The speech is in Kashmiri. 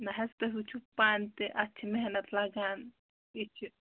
نہَ حظ تُہۍ وُچھِو پانہٕ تہِ اَتھ چھِ محنت لَگان یہِ چھِ